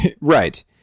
Right